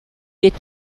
est